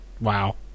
Wow